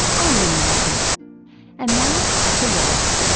i'm lynne malcolm and now to love.